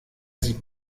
sieht